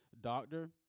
doctor